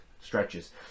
stretches